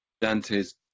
dante's